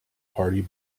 party